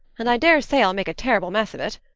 and i dare say i'll make a terrible mess of it.